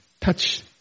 touch